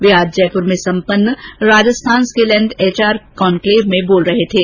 वे आज जयपुर में सम्पन्न राजस्थान रिकल एण्ड एच आर कॉनक्लेव में बोल रहे थे